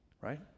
Right